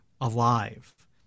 alive